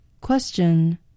Question